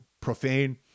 profane